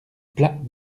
plats